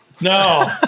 no